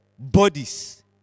bodies